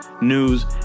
news